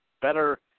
better